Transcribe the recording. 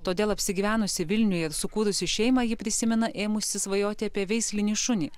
todėl apsigyvenusi vilniuje ir sukūrusi šeimą ji prisimena ėmusi svajoti apie veislinį šunį